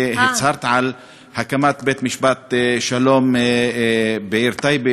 הצהרת על הקמת בית-משפט שלום בעיר טייבה,